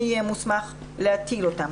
מי יהיה מוסמך להטיל אותן.